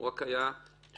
הוא רק היה שותף.